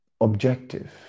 objective